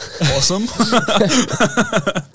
Awesome